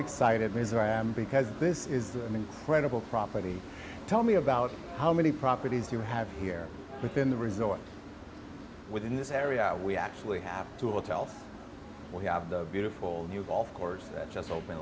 excited because i am because this is an incredible property tell me about how many properties you have here within the resort within this area we actually have to alltel we have the beautiful new golf course that just opened